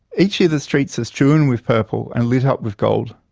each year the streets are strewn with purple and lit up with gold.